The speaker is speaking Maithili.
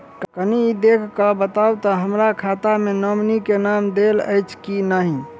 कनि ई देख कऽ बताऊ तऽ की हमरा खाता मे नॉमनी केँ नाम देल अछि की नहि?